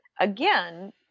again